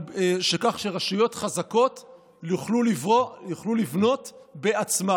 שרשויות חזקות יוכלו לבנות בעצמן.